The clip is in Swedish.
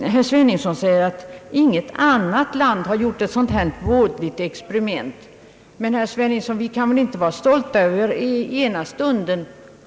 Herr Sveningsson sade att inget annat land har gjort ett så vådligt experiment. Men, herr Sveningsson, vi kan väl inte ena stunden vara stolta